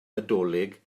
nadolig